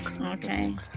Okay